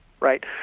right